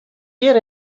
hjir